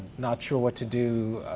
not sure what to do.